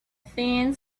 thin